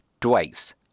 twice